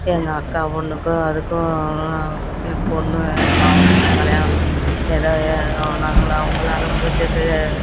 எங்கள் அக்கா பொண்ணுக்கும் அதுக்கும் என் பொண்ணு மகனுந்தான் கல்யாணம் ஏதோ அவனால் அவங்களால முடிஞ்சது